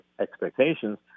expectations